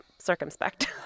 circumspect